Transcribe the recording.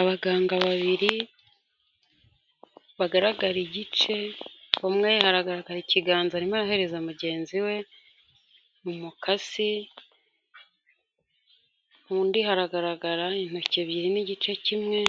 Abaganga babiri bagaragara igice, umwe hagaragara ikiganza arimo ahereza mugenzi we umukasi , undi hagaragara intoki ebyiri n'igice kimwe ,